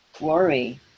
worry